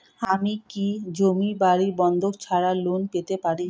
আমি কি জমি বাড়ি বন্ধক ছাড়াই লোন পেতে পারি?